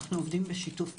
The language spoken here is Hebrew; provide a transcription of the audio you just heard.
אנחנו עובדים בשיתוף פעולה.